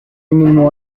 mismo